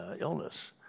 illness